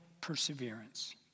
perseverance